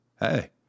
hey